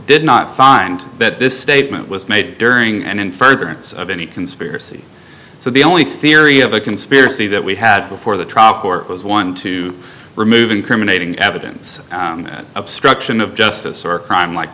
did not find that this statement was made during and in furtherance of any conspiracy so the only theory of a conspiracy that we had before the trial court was one to remove incriminating evidence obstruction of justice or crime like